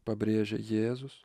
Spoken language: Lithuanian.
pabrėžia jėzus